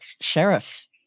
sheriff